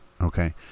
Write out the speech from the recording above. okay